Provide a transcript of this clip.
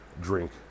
drink